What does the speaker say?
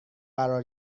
قرار